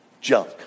junk